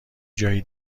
جایی